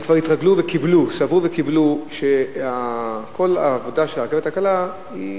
הם כבר התרגלו וקיבלו שכל העבודה של הרכבת הקלה היא